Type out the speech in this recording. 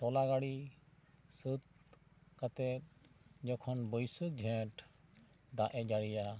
ᱛᱚᱞᱟ ᱜᱟᱹᱰᱤ ᱥᱟᱹᱛ ᱠᱟᱛᱮᱫ ᱡᱚᱠᱷᱚᱱ ᱵᱟᱹᱭᱥᱟᱹᱠᱷ ᱡᱷᱮᱸᱴ ᱫᱟᱜ ᱮ ᱡᱟᱹᱲᱤᱭᱟ